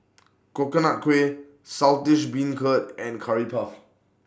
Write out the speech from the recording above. Coconut Kuih Saltish Beancurd and Curry Puff